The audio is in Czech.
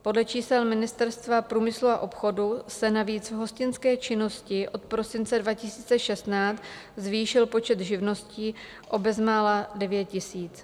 Podle čísel Ministerstva průmyslu a obchodu se navíc v hostinské činnosti od prosince 2016 zvýšil počet živností o bezmála 9 000.